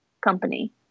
company